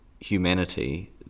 humanity